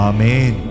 Amen